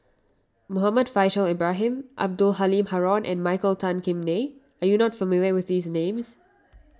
Muhammad Faishal Ibrahim Abdul Halim Haron and Michael Tan Kim Nei are you not familiar with these names